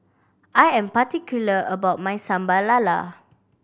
I am particular about my Sambal Lala